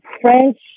French